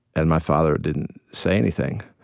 and my father didn't say anything.